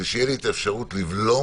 שתהיה לי את האפשרות לבלום,